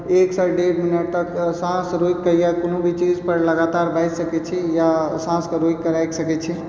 एक सँ डेढ़ मिनट तक साँस रोकि कऽ या कोनो भी चीजपर लगातार बाजि सकै छी या साँसके रोकिकऽ राखि सकै छी